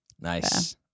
nice